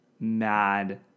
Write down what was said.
mad